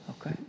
Okay